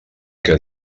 que